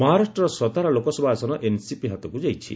ମହାରାଷ୍ଟ୍ରର ସତାରା ଲୋକସଭା ଆସନ ଏନ୍ସିପି ହାତକ୍ ଯାଇଛି